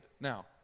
Now